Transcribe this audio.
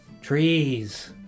Trees